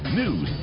news